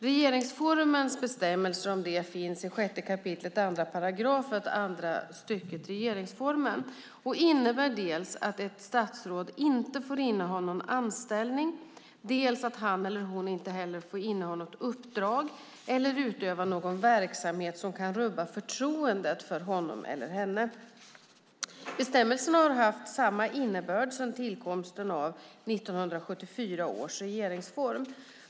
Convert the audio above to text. Regeringsformens bestämmelser om detta finns i 6 kap. 2 § andra stycket och innebär dels att ett statsråd inte får inneha någon anställning, dels att han eller hon inte heller får inneha något uppdrag eller utöva någon verksamhet som kan rubba förtroendet för honom eller henne. Bestämmelserna har haft samma innebörd sedan tillkomsten av 1974 års regeringsform.